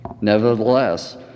Nevertheless